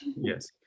Yes